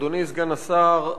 אדוני סגן השר,